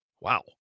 wow